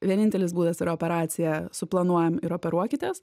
vienintelis būdas yra operacija su planuojam ir operuokites